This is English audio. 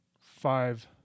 five